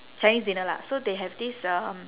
chinese dinner lah so they have this um